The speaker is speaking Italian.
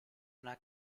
una